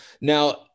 Now